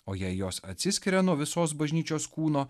o jei jos atsiskiria nuo visos bažnyčios kūno